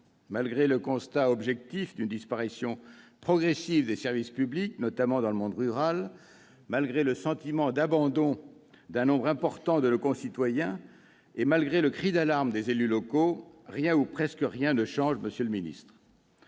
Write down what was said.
Malgré le constat objectif d'une disparition progressive des services publics, notamment dans le monde rural, malgré le sentiment d'abandon d'un nombre important de nos concitoyens et malgré le cri d'alarme des élus locaux, rien- ou presque rien -ne change, monsieur le ministre